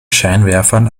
scheinwerfern